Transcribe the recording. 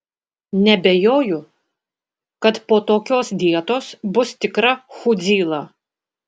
nebejoju kad po tokios dietos bus tikra chudzyla